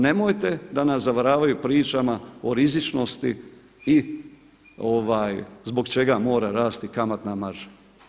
Nemojte da nas zavaravaju pričama o rizičnosti i zbog čega mora rasti kamatna marža.